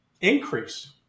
increase